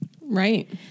Right